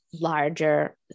larger